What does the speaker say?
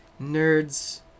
nerds